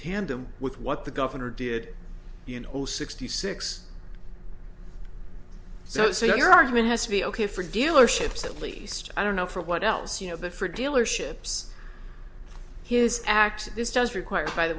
tandem with what the governor did you know sixty six so so your argument has to be ok for dealerships at least i don't know for what else you know but for dealerships his act this does require by the